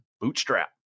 bootstrap